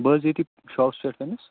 بہٕ حظ ییٚتہِ شاپَس پٮ۪ٹھ